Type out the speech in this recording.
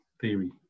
theory